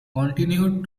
continued